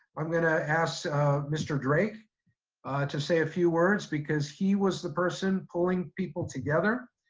i'm going to ask mr. drake to say a few words, because he was the person pulling people together,